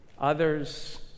others